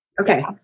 Okay